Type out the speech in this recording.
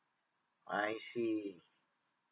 I see